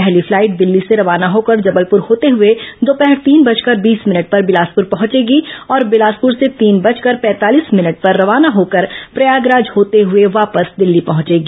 पहली फ्लाइट दिल्ली से रवाना होकर जबलपुर होते हुए दोपहर तीन बजकर बीस मिनट पर बिलासपुर पहुंचेगी और बिलासपुर से तीन बजकर पैंतालीस मिनट पर रवाना होकर प्रयागराज होते हुए वापस दिल्ली पहुंचेगी